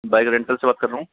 bike rental से बात कर रहा हूँ